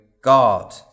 God